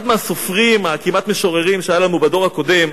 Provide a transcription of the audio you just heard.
אחד מהסופרים, כמעט משוררים, שהיה לנו בדור הקודם,